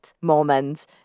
moment